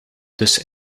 dus